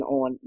on